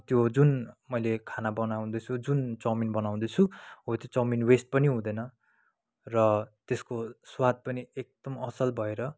त्यो जुन मैले खाना बनाउँदैछु जुन चाउमिन बनाउँदैछु हो त्यो चौमिन वेस्ट पनि हुँदैन र त्यसको स्वाद पनि एकदम असल भएर